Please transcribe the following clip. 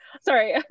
Sorry